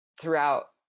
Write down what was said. throughout